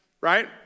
right